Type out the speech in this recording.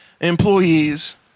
employees